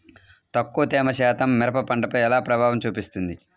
తక్కువ తేమ శాతం మిరప పంటపై ఎలా ప్రభావం చూపిస్తుంది?